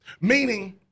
Meaning